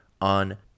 on